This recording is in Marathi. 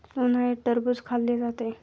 उन्हाळ्यात टरबूज खाल्ले जाते